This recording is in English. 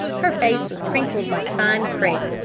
her face was crinkled like fine crepe.